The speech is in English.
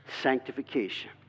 sanctification